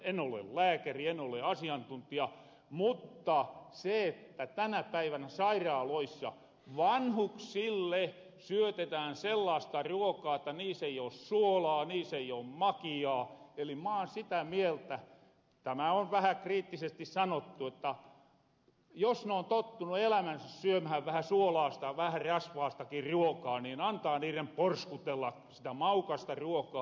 en ole lääkäri en ole asiantuntija mutta se että tänä päivänä sairaaloissa vanhuksille syötetään sellaasta ruokaa että siin ei oo suolaa siin ei oo makiaa mä oon sitä mieltä tämä on vähä kriittisesti sanottu jotta jos he on tottunu elämänsä syömähän vähän suolaasta vähä rasvaastaki ruokaa niin antaa heirän porskutella sitä maukasta ruokaa